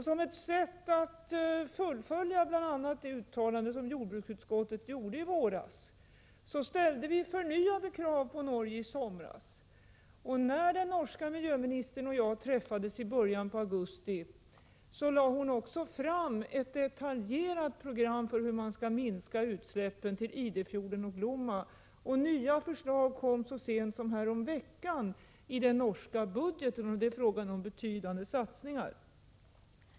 Som ett sätt att fullfölja bl.a. det uttalande som jordbruksutskottet gjorde i våras ställde vi förnyade krav på Norge i somras. När den norska miljöministern och jag träffades i början av augusti lade hon fram ett detaljerat program för att minska utsläppen till Idefjorden och Glomma, och nya förslag kom så sent som häromveckan i den norska budgeten, där det är fråga om betydande satsningar.